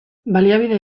baliabide